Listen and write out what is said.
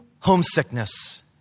Homesickness